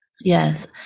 Yes